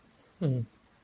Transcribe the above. mm